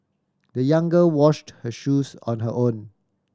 the young girl washed her shoes on her own